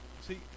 See